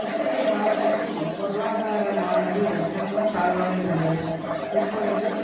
கிருஷ்ணகிரி மாவட்டத்தில் பொருளாதாரமானது ரொம்பவும் தாழ்வாக இருந்தது இப்பொழுது